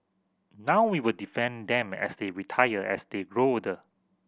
now we will defend them as they retire as they grow old